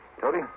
Toby